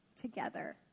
together